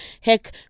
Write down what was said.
Heck